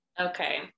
Okay